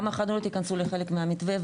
גם החד-הוריות יכנסו לחלק מהמתווה,